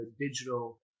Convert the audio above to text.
digital